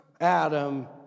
Adam